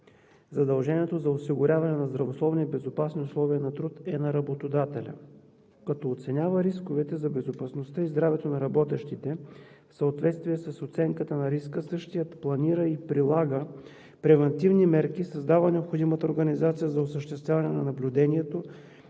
задължението за осигуряване на здравословни и безопасни условия на труд е на работодателя. Като оценява рисковете за безопасността и здравето на работещите, в съответствие с оценката на риска, същият планира и прилага превантивни мерки, създава необходимата организация за осъществяване на наблюдението